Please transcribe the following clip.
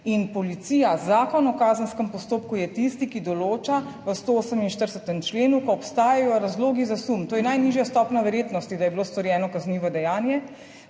in policija, Zakon o kazenskem postopku je tisti, ki določa v 148. členu, ko obstajajo razlogi za sum, to je najnižja stopnja verjetnosti, da je bilo storjeno kaznivo dejanje,